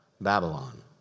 Babylon